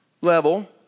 level